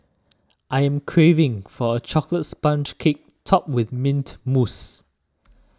I am craving for a Chocolate Sponge Cake Topped with Mint Mousse